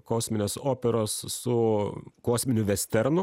kosminės operos su kosminiu vesternu